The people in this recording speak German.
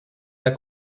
der